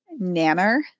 nanner